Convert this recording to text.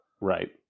right